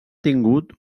tingut